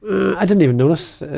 i didn't even notice.